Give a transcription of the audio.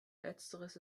letzteres